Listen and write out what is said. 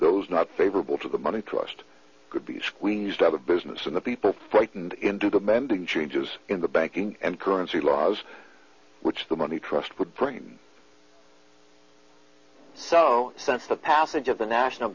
those not favorable to the money trust could be squeezed out of business and the people frightened into bending changes in the banking and currency laws which the money trust would bring so since the passage of the national